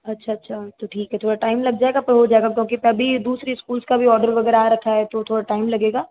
अच्छा अच्छा तो ठीक है थोड़ा टाइम लग जायेगा पर हो जाएगा क्योंकि अभी दूसरी स्कूल्स का भी ऑर्डर वगैरह आ रखा है तो थोड़ा टाइम लगेगा